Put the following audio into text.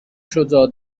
شجاع